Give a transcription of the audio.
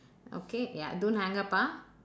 okay ya don't hang up ah